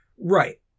Right